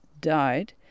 died